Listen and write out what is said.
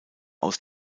aus